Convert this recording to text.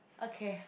okay